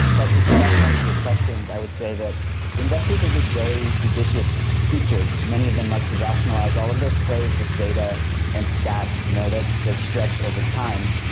but to go back and answer your questions, i would say investors are just very judicious creatures. many of them like to rationalise all of their plays with data and stats you know that that stretch over time,